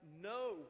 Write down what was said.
no